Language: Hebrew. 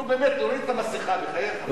נו באמת, תוריד את המסכה, בחייך.